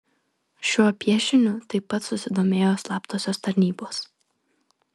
šiuo piešiniu taip pat susidomėjo slaptosios tarnybos